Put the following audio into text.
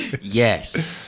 yes